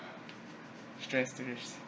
stress